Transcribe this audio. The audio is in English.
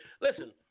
Listen